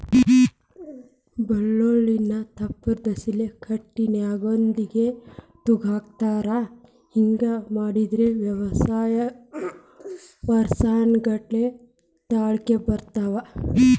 ಬಳ್ಳೋಳ್ಳಿನ ತಪ್ಲದರ್ಸಿಲೆ ಕಟ್ಟಿ ನಾಗೊಂದಿಗೆ ತೂಗಹಾಕತಾರ ಹಿಂಗ ಮಾಡಿದ್ರ ವರ್ಸಾನಗಟ್ಲೆ ತಾಳ್ಕಿ ಬರ್ತಾವ